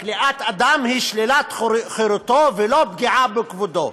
שכליאת אדם היא שלילת חירותו, ולא פגיעה בכבודו.